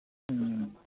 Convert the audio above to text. ᱦᱮᱸ